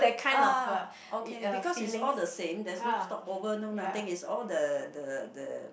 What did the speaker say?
uh okay because is all the same that's no stopovers no nothing is all the the the